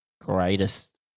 greatest